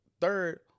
third